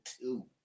two